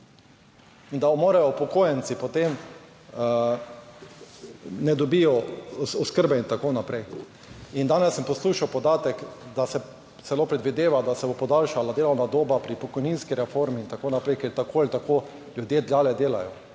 In da upokojenci potem ne dobijo oskrbe in tako naprej. In danes sem poslušal podatek, da se celo predvideva, da se bo podaljšala delovna doba pri pokojninski reformi in tako naprej, ker tako ali tako ljudje dlje delajo.